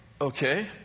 okay